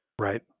Right